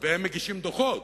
והם מגישים דוחות.